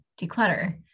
declutter